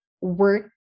work